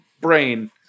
brain